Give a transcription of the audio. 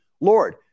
Lord